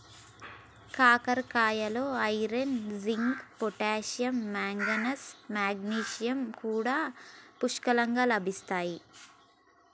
కాకరకాయలో iron, zinc, potassium, manganese, magnesium కూడా పుష్కలంగా లభిస్తాయి